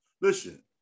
Listen